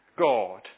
God